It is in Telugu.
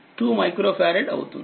అది2 మైక్రోఫారడ్అవుతుంది